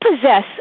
possess